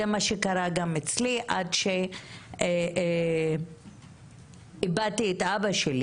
זה מה שקרה גם אצלי עד שאיבדתי את אבא שלי